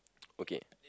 okay